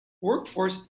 workforce